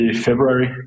February